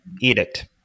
edict